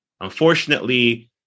Unfortunately